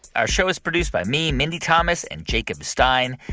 our show was produced by me, mindy thomas and jacob stein.